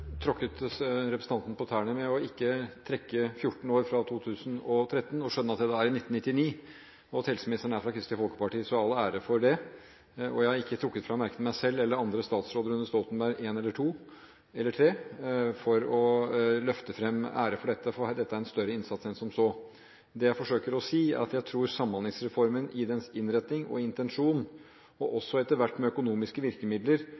i 1999, og at helseministeren er fra Kristelig Folkeparti. De skal ha all ære for det. Jeg har verken trukket fram meg selv eller andre statsråder under Stoltenberg I eller II – eller III – for å ta æren for dette, for dette er en større innsats enn som så. Det jeg forsøker å si, er at Samhandlingsreformen i dens innretning og intensjon – og også etter hvert med økonomiske virkemidler